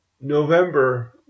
November